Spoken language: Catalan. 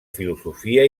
filosofia